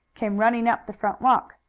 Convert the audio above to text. came running up the front walk.